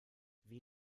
wie